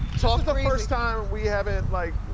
so is the first time we haven't, like,